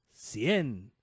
Cien